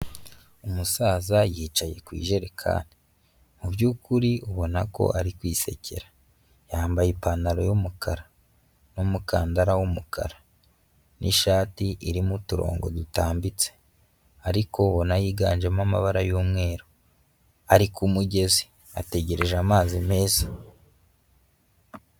Umusaza yicaye ku ijerekani, mu by'ukuri ubona ko ari kwisekera, yambaye ipantaro y'umukara, n'umukandara w'umukara, n'ishati irimo uturongo dutambitse ariko ubona yiganjemo amabara y'umweru, ari ku mugezi ategereje amazi meza.